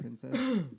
Princess